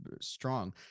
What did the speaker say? strong